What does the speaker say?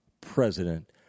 president